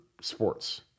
sports